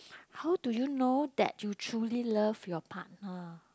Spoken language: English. how do you know that you truly love your partner